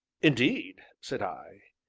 indeed, said i,